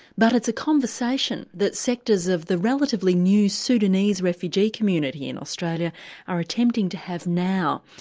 but it's a conversation that sectors of the relatively new sudanese refugee community in australia are attempting to have now,